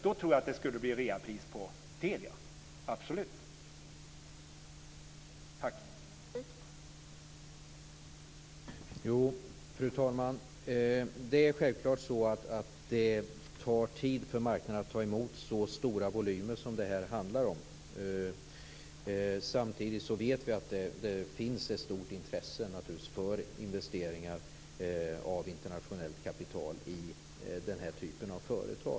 Då tror jag att det skulle bli reapris på Telia.